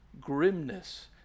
grimness